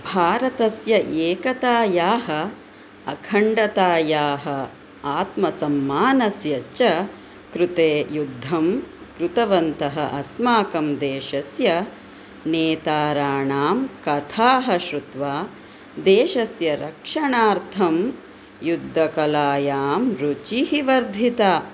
भारतस्य एकतायाः अखण्डतायाः आत्मसम्मानस्य च कृते युद्धं कृतवन्तः अस्माकं देशस्य नेताराणां कथाः श्रुत्वा देशस्य रक्षणार्थं युद्धकलायां रुचिः वर्धिता